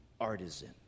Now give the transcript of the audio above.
artisan